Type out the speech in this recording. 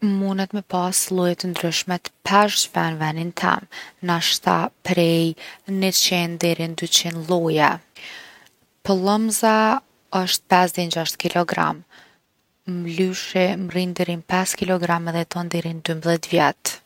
Munet me pas lloje t’ndryshme t’peshqve n’venin tem. Nashta prej 100 deri n’200 lloje. Pëllembza osht 5 dej n’6 kg. Mlyshi mrrin deri n’5 kg edhe jeton deri n’12 vjet.